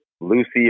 Lucy